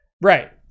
Right